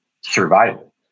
survival